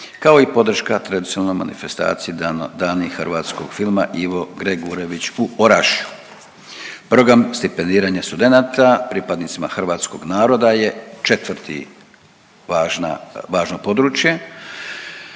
kao i podrška tradicionalnoj manifestaciji Dani hrvatskog filma Ivo Gregurević u Orašju. Program stipendiranje studenata pripadnicima hrvatskog naroda je četvrti važna, važno područje.